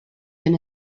than